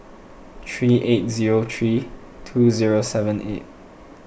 three eight zero three two zero seven eight